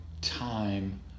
time